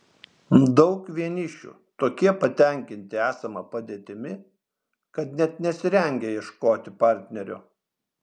daug vienišių tokie patenkinti esama padėtimi kad net nesirengia ieškoti partnerio